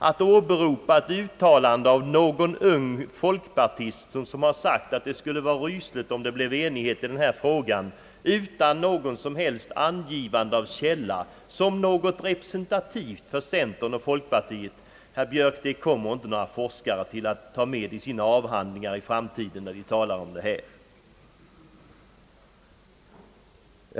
Att åberopa ett uttalande av någon ung icke namngiven folkpartist, att det vore rysligt om det skapades enighet i denna fråga, utan något som helst angivande av källan såsom något represen tativt för centern och folkpartiet måste, herr Björk, vara ett felaktigt förfaringssätt. Ingen forskare i framtiden kommer att vilja ta med det i sin avhandling.